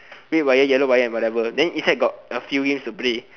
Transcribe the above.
red wire yellow wire and whatever then inside got a few games to play